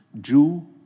Jew